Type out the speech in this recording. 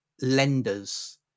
lenders